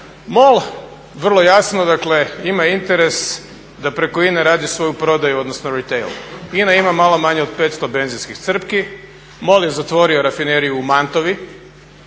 MOL, vrlo jasno, dakle ima interes da preko INA-e radi svoju prodaju odnosno retail. INA ima malo manje od 500 benzinskih crpki, MOL je zatvorio rafineriju u Mantovi